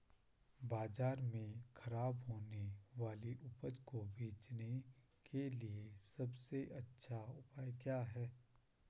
बाजार में खराब होने वाली उपज को बेचने के लिए सबसे अच्छा उपाय क्या हैं?